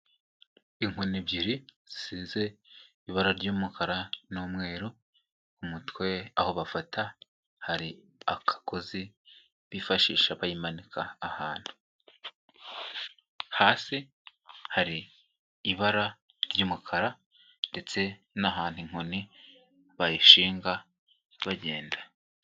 Inkoni ebyiri zisize ibara ry'umukara n'umweru, ku umutwe aho bafata hari akakozi bifashisha bayimanika ahantu, hasi hari ibara ry'umukara ndetse n'ahantu inkoni bayishinga bagenda.